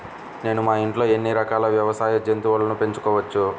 నేను మా ఇంట్లో ఎన్ని రకాల వ్యవసాయ జంతువులను పెంచుకోవచ్చు?